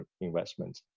investment